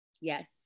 Yes